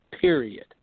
Period